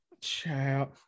Child